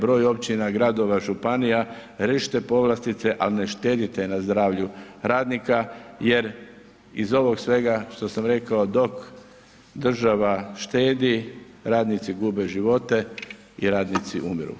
Broj općina, gradova, županija, riješite povlastice, ali ne štedite na zdravlju radnika jer iz ovog svega što sam rekao, dok država štedi, radnici gube živote i radnici umiru.